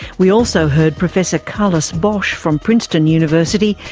we also heard professor carles boix from princeton university,